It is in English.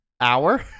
hour